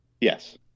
Yes